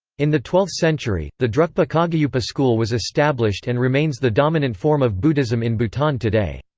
in the twelfth century, the drukpa kagyupa school was established and remains the dominant form of buddhism in bhutan today.